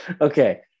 Okay